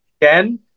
Again